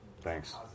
Thanks